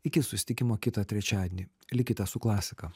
iki susitikimo kitą trečiadienį likite su klasika